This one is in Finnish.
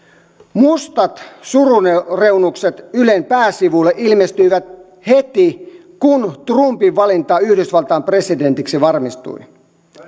mustat surureunukset ylen pääsivulle ilmestyivät heti kun trumpin valinta yhdysvaltain presidentiksi varmistui